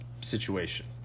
situation